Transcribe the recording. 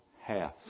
half